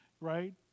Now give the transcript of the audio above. right